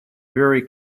very